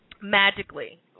Magically